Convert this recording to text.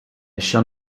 shall